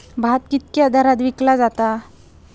भात कित्क्या दरात विकला जा?